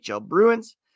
Bruins